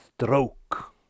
stroke